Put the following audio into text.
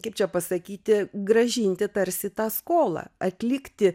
kaip čia pasakyti grąžinti tarsi tą skolą atlikti